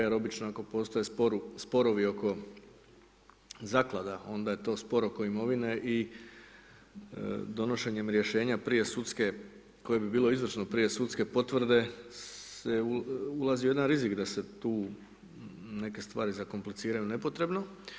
Jer obično ako postoje sporovi oko zaklada onda je to spor oko imovine i donošenje rješenja prije sudske, koji bi bilo izvršno prije sudske potvrde se ulazi u jedan rizik, da se tu neke stvari zakompliciraju nepotrebno.